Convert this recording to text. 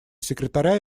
секретаря